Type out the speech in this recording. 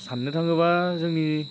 साननो थाङोबा जोंनि